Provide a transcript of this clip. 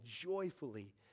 joyfully